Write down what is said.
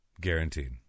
Guaranteed